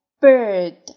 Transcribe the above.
Bird